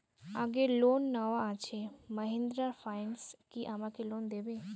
আগের লোন নেওয়া আছে মাহিন্দ্রা ফাইন্যান্স কি আমাকে লোন দেবে?